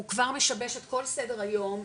הוא כבר משבש את כל סדר היום,